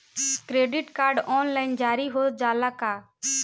Credit card online जारी हो जाला का?